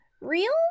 real